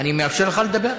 אני מאפשר לך לדבר.